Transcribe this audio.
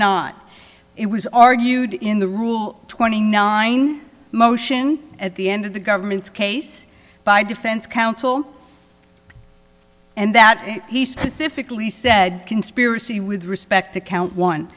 not it was argued in the rule twenty nine motion at the end of the government's case by defense counsel and that he specifically said conspiracy with respect to count one